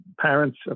parents